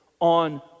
on